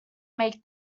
make